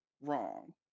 wrong